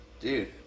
Dude